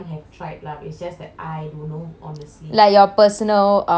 like your personal uh experience you have never tried it before